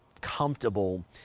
comfortable